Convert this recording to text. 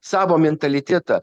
savo mentalitetą